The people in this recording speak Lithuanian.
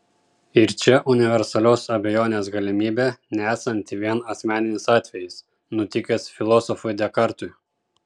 ir čia universalios abejonės galimybė nesanti vien asmeninis atvejis nutikęs filosofui dekartui